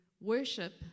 worship